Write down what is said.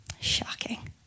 shocking